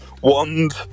wand